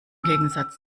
gegensatz